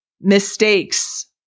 Mistakes